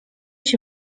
się